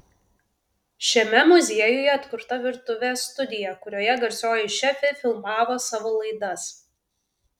šiame muziejuje atkurta virtuvė studija kurioje garsioji šefė filmavo savo laidas